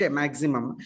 maximum